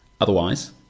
Otherwise